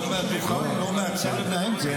הוא --- לא מהצד, מהאמצע.